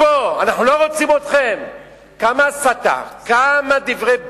חבר הכנסת מולה, מומחה לענייני גיור,